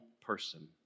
person